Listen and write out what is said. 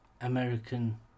American